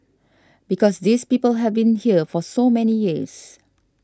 because these people have been here for so many years